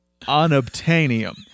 unobtainium